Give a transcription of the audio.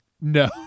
No